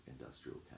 industrial